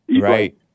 right